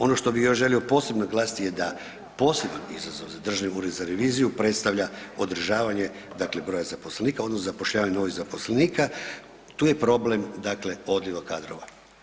Ono što bi još želio posebno naglasiti je da poseban izazov za Državni ured za reviziju predstavlja održavanje, dakle broja zaposlenika, odnosno zapošljavanje novih zaposlenika, tu je problem, dakle odljeva kadrova.